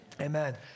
Amen